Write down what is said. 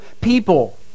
people